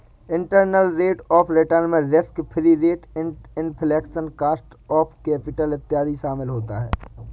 internal rate of return में risk free rate, inflation, cost of capital इत्यादि शामिल होता है